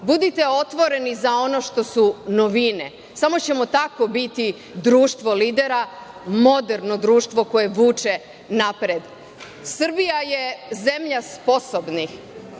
Budite otvoreni za ono što su novine. Samo ćemo tako biti društvo lidera, moderno društvo koje vuče napred. Srbija je zemlja sposobnih,